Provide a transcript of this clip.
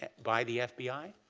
by the fbi?